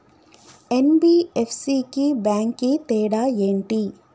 NBFC కి bank కి తేడా ఏంటి?